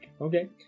Okay